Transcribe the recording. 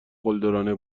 قلدرانه